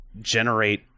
generate